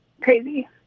crazy